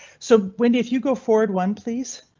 so windy. if you go forward one please,